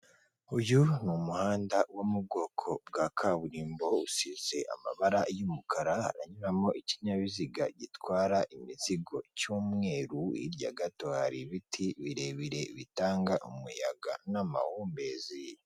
Uyu ni umuhanda wo mu bwoko bwa kaburimbo usize amabara y'umukara anyuramo ikinyabiziga gitwara imizigo cy'umweru, hirya gato hari ibiti birebire bitanga umuyaga n'amahumbezi.